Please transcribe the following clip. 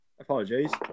Apologies